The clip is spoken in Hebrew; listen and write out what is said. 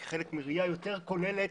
כחלק מראייה יותר כוללת,